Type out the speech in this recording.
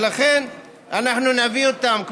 ולכן אנחנו נביא אותם,